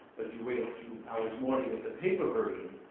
but if you wait a few hours more you get the paper version.